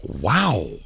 Wow